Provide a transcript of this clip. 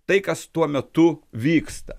tai kas tuo metu vyksta